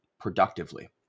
productively